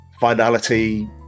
finality